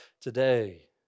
today